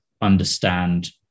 understand